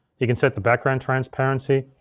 you can set the background transparency.